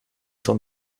van